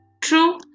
true